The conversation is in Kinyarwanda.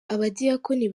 abadiyakoni